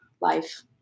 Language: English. life